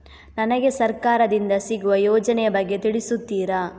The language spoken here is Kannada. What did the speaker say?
ನನಗೆ ಸರ್ಕಾರ ದಿಂದ ಸಿಗುವ ಯೋಜನೆ ಯ ಬಗ್ಗೆ ತಿಳಿಸುತ್ತೀರಾ?